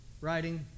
writing